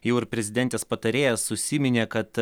jau ir prezidentės patarėjas užsiminė kad